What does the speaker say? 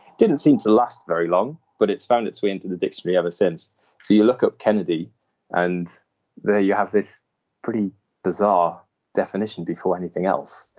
didn't seem to last very long, but it's found its way into the dictionary ever since. so you look up kennedy and there you have this pretty bizarre definition before anything else.